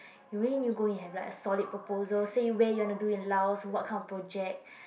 you really new go and write a solid proposal say way you want to do in Laos what's kind of project